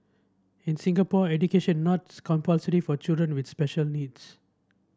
in Singapore education not compulsory for children with special needs